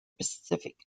pacific